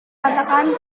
katakan